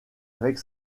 avec